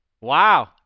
Wow